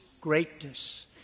greatness